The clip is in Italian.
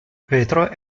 vetro